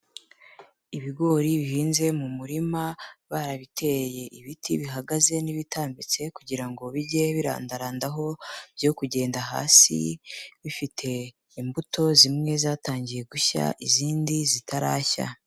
Ibigori bihinze mu murima barabiteye, ibiti bihagaze n'ibitambitse kugira ngo bijye birandarandaho byere kugenda hasi, bifite imbuto zimwe zatangiye gushya izindi zitarashya.